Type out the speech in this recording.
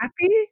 happy